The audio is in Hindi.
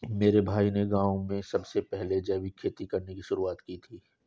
मेरे भाई ने गांव में सबसे पहले जैविक खेती करने की शुरुआत की थी